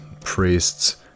priests